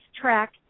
track